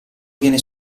viene